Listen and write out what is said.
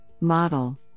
model